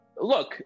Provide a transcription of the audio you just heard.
Look